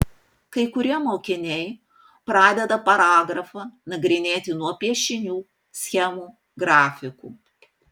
kai kurie mokiniai pradeda paragrafą nagrinėti nuo piešinių schemų grafikų